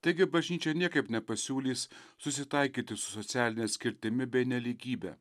taigi bažnyčia niekaip nepasiūlys susitaikyti su socialine atskirtimi bei nelygybe